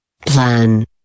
Plan